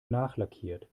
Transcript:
nachlackiert